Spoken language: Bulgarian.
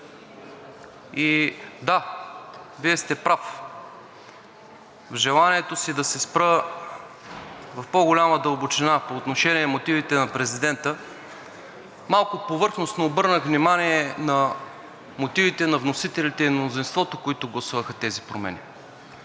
И да, Вие сте прав. В желанието си да се спра в по-голяма дълбочина по отношение мотивите на президента малко повърхностно обърнах внимание на мотивите на вносителите и мнозинството, които гласуваха тези промени.